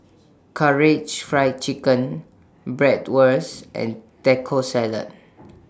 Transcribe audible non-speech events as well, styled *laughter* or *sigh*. *noise* Karaage Fried Chicken Bratwurst and Taco Salad *noise*